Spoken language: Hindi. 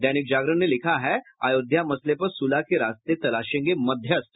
दैनिक जागरण ने लिखा है अयोध्या मसले पर सुलह के रास्ते तलाशेंगे मध्यस्थ